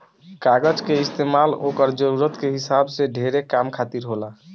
कागज के इस्तमाल ओकरा जरूरत के हिसाब से ढेरे काम खातिर होला